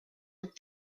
with